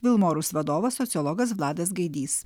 vilmorus vadovas sociologas vladas gaidys